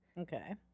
Okay